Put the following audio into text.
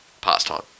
pastime